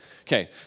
Okay